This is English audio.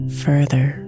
further